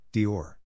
Dior